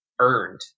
earned